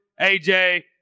AJ